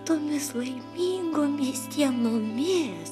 tomis laimingomis dienomis